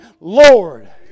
Lord